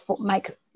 make